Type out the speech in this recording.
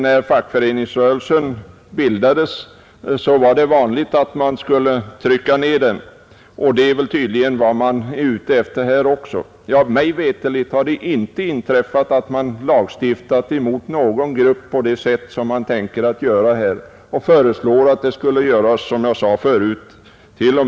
När fackföreningsrörelsen bildades var det vanligt att man ansåg att man borde trycka ner den. Och det är tydligen vad man är ute efter här också. Mig veterligt har det inte inträffat att man lagstiftat emot någon grupp på det sätt som man nu föreslår.